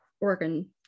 organ